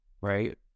right